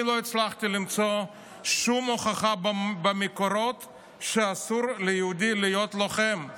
אני לא הצלחתי למצוא שום הוכחה במקורות שאסור ליהודי להיות לוחם.